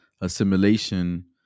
assimilation